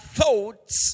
thoughts